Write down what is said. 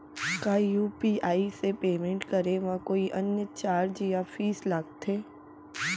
का यू.पी.आई से पेमेंट करे म कोई अन्य चार्ज या फीस लागथे?